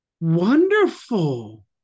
Wonderful